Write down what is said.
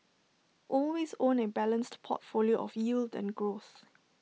always own A balanced portfolio of yield and growth